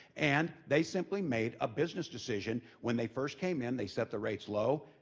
and they simply made a business decision when they first came in, they set the rates low,